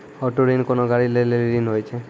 auto ऋण कोनो गाड़ी लै लेली ऋण होय छै